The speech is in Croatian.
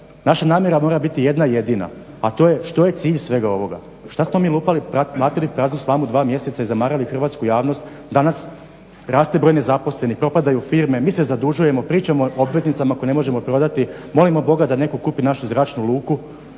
Naša namjera mora biti jedna jedina, a to je što je cilj svega ovoga. Što smo lupali i mlatili praznu slamu dva mjeseca i zamarali hrvatsku javnost? Danas raste broj nezaposlenih, propadaju firme, mi se zadužujemo, pričamo o obveznicama koje ne možemo prodati, molimo Boga da netko kupi našu zračnu luku.